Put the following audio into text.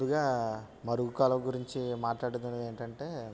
ముందుగా మరుగు కాలువ గురించి మాట్లాడేది ఏమిటంటే